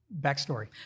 backstory